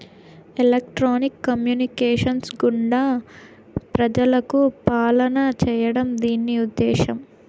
electronics communications గుండా ప్రజలకు పాలన చేయడం దీని ఉద్దేశం